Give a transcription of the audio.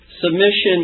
submission